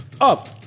Up